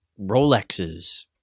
Rolexes